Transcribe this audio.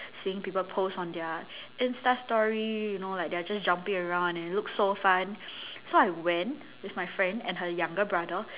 seeing people post on their insta story you know like they're just jumping around and it looks so fun so I went with my friend and her younger brother